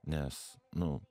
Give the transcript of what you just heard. nes nu